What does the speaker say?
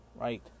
right